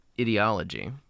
ideology